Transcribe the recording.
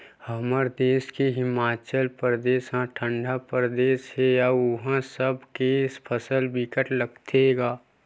हमर देस के हिमाचल परदेस ह ठंडा परदेस हे अउ उहा सेब के फसल बिकट लगाथे गा